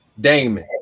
Damon